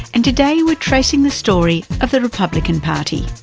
and today we're tracing the story of the republican party.